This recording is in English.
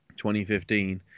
2015